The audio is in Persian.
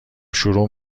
شروع